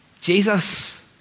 Jesus